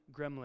gremlin